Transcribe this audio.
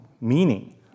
meaning